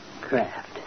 craft